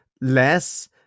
less